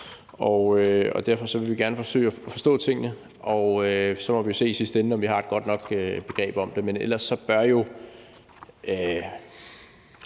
Derfor vil vi gerne forsøge at forstå tingene, og så må vi jo se i sidste ende, om vi har et godt nok begreb om det. Men ellers bør